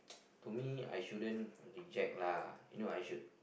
to me I shouldn't reject lah you know I should